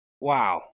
wow